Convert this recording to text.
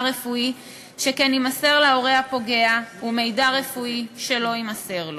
רפואי שכן יימסר להורה הפוגע ומידע רפואי שלא יימסר לו.